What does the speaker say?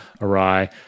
awry